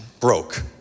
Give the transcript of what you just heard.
broke